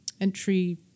entry